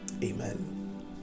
amen